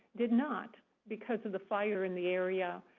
did not because of the fire in the area.